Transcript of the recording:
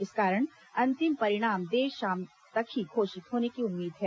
इस कारण अंतिम परिणाम देर शाम तक ही घोषित होने की उम्मीद है